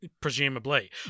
presumably